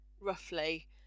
roughly